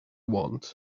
want